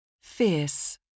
Fierce